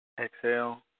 Exhale